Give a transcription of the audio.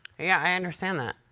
yeah, i understand that.